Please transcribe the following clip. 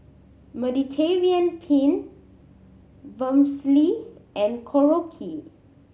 Mediterranean Penne Vermicelli and Korokke